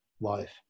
life